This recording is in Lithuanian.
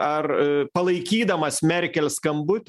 ar palaikydamas merkel skambutį